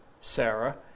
Sarah